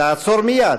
לעצור מייד,